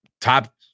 top